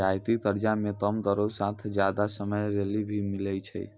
रियायती कर्जा मे कम दरो साथ जादा समय लेली भी मिलै छै